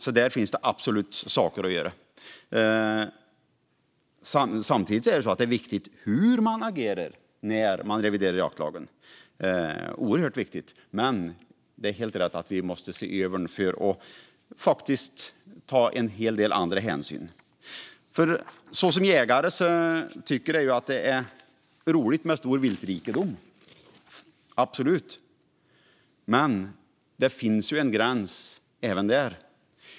Här finns absolut saker att göra. Samtidigt är det viktigt hur man agerar när man reviderar jaktlagen, men det är helt rätt att vi måste se över den för att ta en hel del andra hänsyn. Jägare tycker att det är roligt med stor viltrikedom, men det finns en gräns även här.